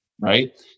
Right